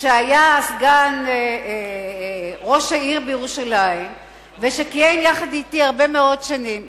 שהיה סגן ראש העיר בירושלים וכיהן יחד אתי הרבה מאוד שנים,